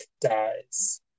dies